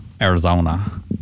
Arizona